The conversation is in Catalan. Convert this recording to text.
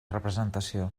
representació